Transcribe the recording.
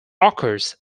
occurs